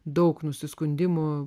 daug nusiskundimų